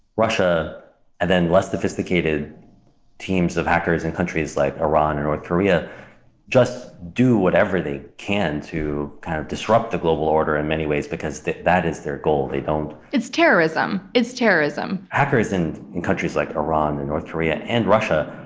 russia and then less sophisticated teams of hackers and countries like iran or north korea just do whatever they can to kind of disrupt the global order in many because that is their goal. they don't. it's terrorism. it's terrorism. hackers in in countries like iran and north korea and russia,